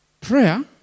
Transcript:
Prayer